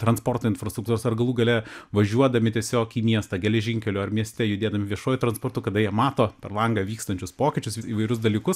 transporto infrastruktūros ar galų gale važiuodami tiesiog į miestą geležinkelio ar mieste judėdami viešuoju transportu kada jie mato per langą vykstančius pokyčius įvairius dalykus